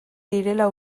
direla